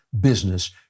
business